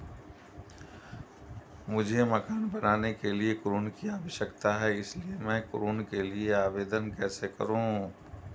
मुझे मकान बनाने के लिए ऋण की आवश्यकता है इसलिए मैं ऋण के लिए आवेदन कैसे करूं?